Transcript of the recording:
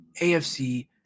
AFC